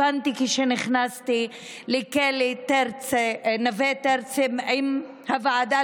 הבנתי כשנכנסתי לכלא נווה תרצה עם הוועדה